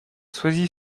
soisy